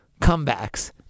comebacks